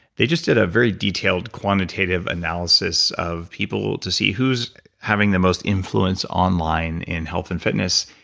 they just did a very detailed quantitative analysis of people to see who's having the most influence online in health and fitness.